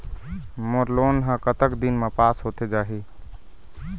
मोर loan हा कतक दिन मा पास होथे जाही?